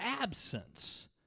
absence